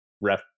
ref